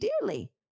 dearly